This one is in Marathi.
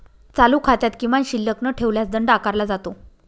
चालू खात्यात किमान शिल्लक न ठेवल्यास दंड आकारला जातो